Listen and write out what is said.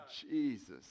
Jesus